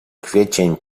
kwiecień